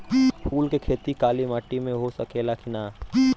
फूल के खेती काली माटी में हो सकेला की ना?